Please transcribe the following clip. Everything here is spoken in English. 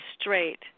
straight